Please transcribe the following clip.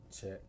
Check